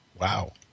Wow